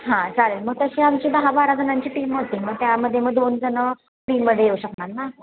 हां चालेल मग तशी आमची दहा बारा जणांची टीम होती मग त्यामध्ये मग दोनजण फ्रीमध्ये येऊ शकणार ना